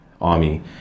Army